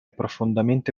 profondamente